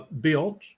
built